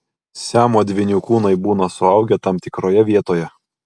siamo dvynių kūnai būna suaugę tam tikroje vietoje